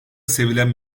sevilen